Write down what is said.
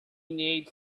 needs